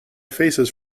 faces